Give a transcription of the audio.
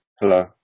Hello